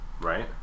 right